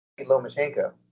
lomachenko